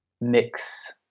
mix